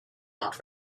not